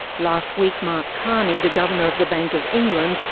last week, mark carney, the governor of the bank of england,